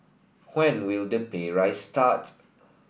when will the pay raise start